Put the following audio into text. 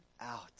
out